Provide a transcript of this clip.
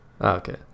okay